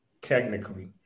technically